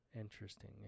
interesting